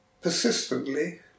persistently